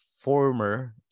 former